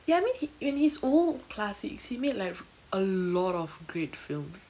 ya I mean he when his old classics he made like a lot of great films